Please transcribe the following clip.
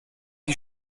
die